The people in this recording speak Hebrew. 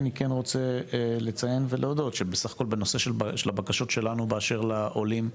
אני כן רוצה לציין ולהודות שבסך הכל בנושא של הבקשות שלנו באשר לעולים,